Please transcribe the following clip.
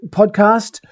podcast